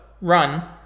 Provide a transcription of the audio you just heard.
run